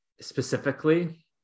specifically